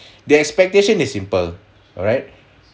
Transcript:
the expectation is simple alright